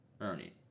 Ernie